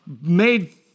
made